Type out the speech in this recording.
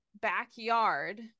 backyard